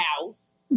house